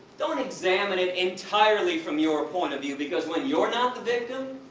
don't examine it entirely from your point of view because when you're not the victim,